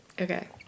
Okay